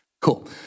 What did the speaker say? Cool